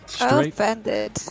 Offended